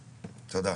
תודה.